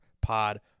Pod